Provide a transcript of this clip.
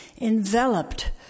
enveloped